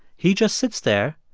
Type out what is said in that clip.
he just sits there,